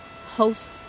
host